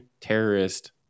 terrorist